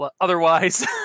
otherwise